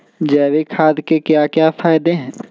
जैविक खाद के क्या क्या फायदे हैं?